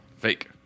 Fake